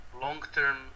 long-term